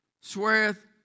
sweareth